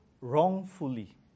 wrongfully